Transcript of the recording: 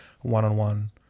one-on-one